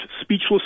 speechless